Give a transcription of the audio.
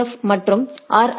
ஃப் மற்றும் ஆா்